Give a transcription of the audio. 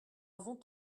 avons